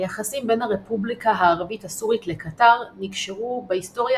היחסים בין הרפובליקה הערבית הסורית לקטר נקשרו בהיסטוריה